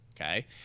okay